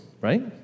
right